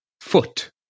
foot